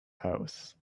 house